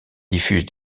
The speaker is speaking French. diffuse